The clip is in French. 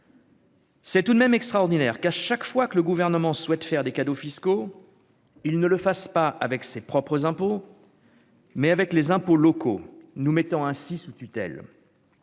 C'est tout de même extraordinaire qu'à chaque fois que le gouvernement souhaite faire des cadeaux fiscaux, il ne le fasse pas avec ses propres impôts. Mais avec les impôts locaux, nous mettant ainsi sous tutelle